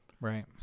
Right